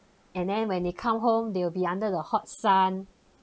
and then when they come home they will be under the hot sun